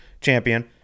champion